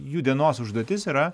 jų dienos užduotis yra